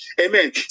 Amen